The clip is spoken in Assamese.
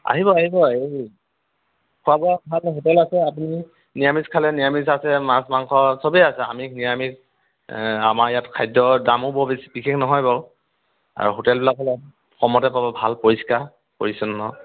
আহিব আহিব এই খোৱা বোৱা কাৰণে হোটেল আছে আপুনি নিৰামিষ খালে নিৰামিষ আছে মাছ মাংস চবেই আছে আমিষ নিৰামিষ আমাৰ ইয়াত খাদ্যৰ দামো ব বেছি বিশেষ নহয় বাৰু আৰু হোটেলবিলাক অলপ কমতে পাব ভাল পৰিষ্কাৰ পৰিচ্ছন্ন